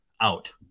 out